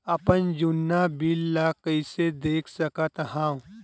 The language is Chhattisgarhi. अपन जुन्ना बिल ला कइसे देख सकत हाव?